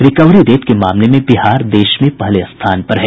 recovery rate के मामले में बिहार देश में पहले स्थान पर है